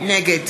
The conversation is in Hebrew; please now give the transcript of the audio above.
נגד